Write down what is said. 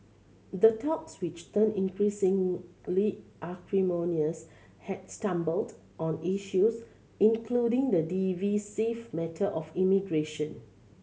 the talks which turned increasingly acrimonious had stumbled on issues including the divisive matter of immigration